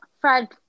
fred